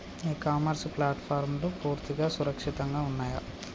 ఇ commerce ప్లాట్ఫారమ్లు పూర్తిగా సురక్షితంగా ఉన్నయా?